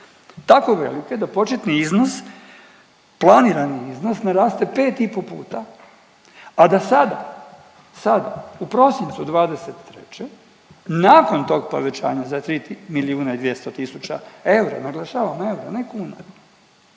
tako velike da početni iznos planirani iznos naraste pet i pol puta, a da sada, sada u prosincu 2023. nakon tog povećanja za tri milijuna i 200 000 eura, naglašavam eura ne kuna